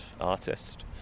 artist